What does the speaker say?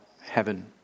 heaven